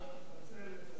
בבקשה.